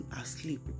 asleep